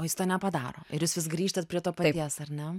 o jis to nepadaro ir jūs vis grįžtat prie to paties ar ne